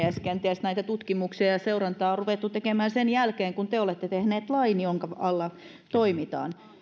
kenties näitä tutkimuksia ja seurantaa on ruvettu tekemään sen jälkeen kun te olette tehneet lain jonka alla toimitaan